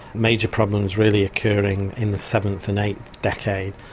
major problems really occurring in the seventh and eighth decade.